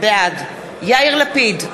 בעד יאיר לפיד,